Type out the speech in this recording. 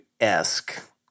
esque